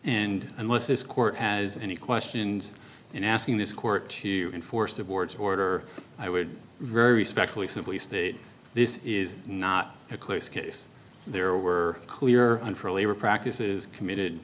and unless this court has any questions in asking this court to enforce the board's order i would very specially simply state this is not a close case there were clear and for earlier practices committed